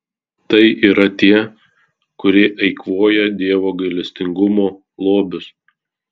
tai yra tie kurie eikvoja dievo gailestingumo lobius